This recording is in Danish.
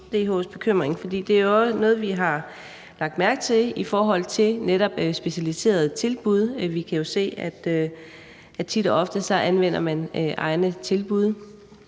svar på DH's bekymring, for det er også noget, vi har lagt mærke til netop i forhold til specialiserede tilbud. Vi kan jo se, at man tit og ofte anvender egne tilbud